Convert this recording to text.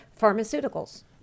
pharmaceuticals